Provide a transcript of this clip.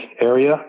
area